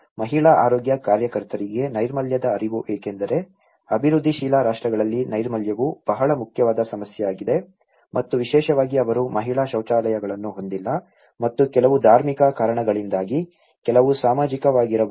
ಮಹಿಳಾ ಆರೋಗ್ಯ ಕಾರ್ಯಕರ್ತರಿಗೆ ನೈರ್ಮಲ್ಯದ ಅರಿವು ಏಕೆಂದರೆ ಅಭಿವೃದ್ಧಿಶೀಲ ರಾಷ್ಟ್ರಗಳಲ್ಲಿ ನೈರ್ಮಲ್ಯವು ಬಹಳ ಮುಖ್ಯವಾದ ಸಮಸ್ಯೆಯಾಗಿದೆ ಮತ್ತು ವಿಶೇಷವಾಗಿ ಅವರು ಮಹಿಳಾ ಶೌಚಾಲಯಗಳನ್ನು ಹೊಂದಿಲ್ಲ ಮತ್ತು ಕೆಲವು ಧಾರ್ಮಿಕ ಕಾರಣಗಳಿಂದಾಗಿ ಕೆಲವು ಸಾಮಾಜಿಕವಾಗಿರಬಹುದು